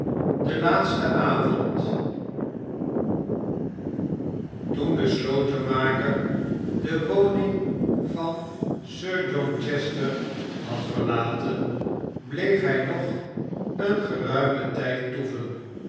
de laatste avond toen de slotenmaker de woning van sir john chester had verlaten bleef hij nog een geruimen tijd toeven